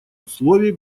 условий